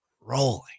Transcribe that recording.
rolling